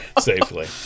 Safely